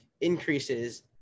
increases